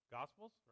Gospels